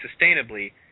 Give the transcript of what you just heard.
sustainably